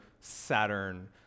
Saturn